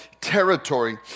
territory